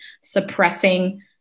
suppressing